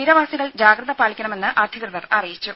തീരവാസികൾ ജാഗ്രത പാലിക്കണമെന്ന് അധികൃതർ അറിയിച്ചു